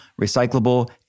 recyclable